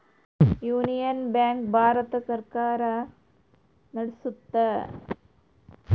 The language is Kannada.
ಯೂನಿಯನ್ ಬ್ಯಾಂಕ್ ಭಾರತ ಸರ್ಕಾರ ನಡ್ಸುತ್ತ